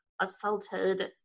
assaulted